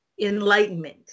enlightenment